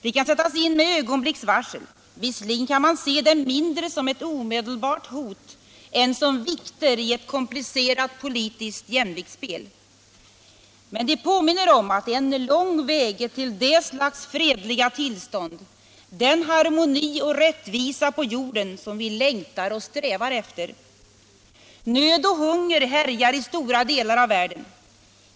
De kan sättas in med ögonblicks varsel. Visserligen kan man se dem mindre som ett omedelbart hot än som vikter i ett komplicerat politiskt jämviktsspel. Men de påminner om att det är en lång väg till det slags fredliga tillstånd, den harmoni och rättvisa på jorden som vi längtar och strävar efter. Nöd och hunger härjar i stora delar av världen.